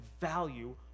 value